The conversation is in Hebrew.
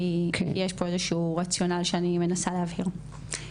כי יש פה איזשהו רציונל שאני מנסה להבהיר.